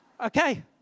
Okay